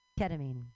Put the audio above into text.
ketamine